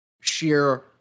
sheer